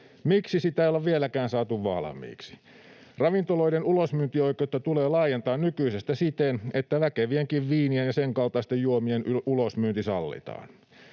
Miksi sitä ei olla vieläkään saatu valmiiksi? Ravintoloiden ulosmyyntioikeutta tulee laajentaa nykyisestä siten, että väkevienkin viinien ja sen kaltaisten juomien ulosmyynti sallitaan.